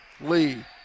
Lee